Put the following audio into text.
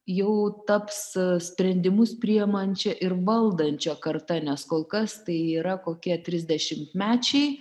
jau taps sprendimus priimančia ir valdančia karta nes kol kas tai yra kokie trisdešimtmečiai